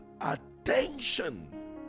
attention